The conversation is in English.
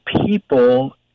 people